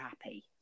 happy